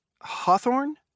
Hawthorne